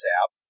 app